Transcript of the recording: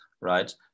right